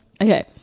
Okay